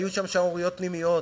היו שם שערוריות פנימיות,